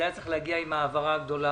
זה היה צריך להגיע עם ההעברה הגדולה.